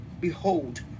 behold